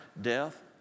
Death